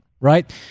right